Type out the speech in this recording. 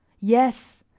yes,